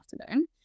afternoon